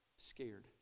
Scared